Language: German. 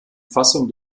fassung